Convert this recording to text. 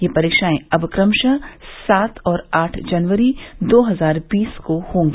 ये परीक्षाएं अब क्रमशः सात और आठ जनवरी दो हजार बीस को होंगी